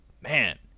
man